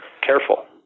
Careful